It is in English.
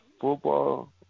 football